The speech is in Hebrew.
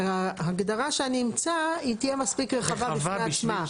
ההגדרה שאני אמצא היא תהיה מספיק רחבה בפני עצמה.